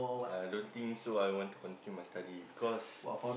I don't think so I want to continue my study because